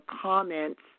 comments